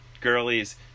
girlies